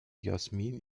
jasmin